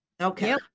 Okay